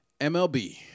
MLB